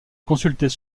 consultait